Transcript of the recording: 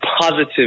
positive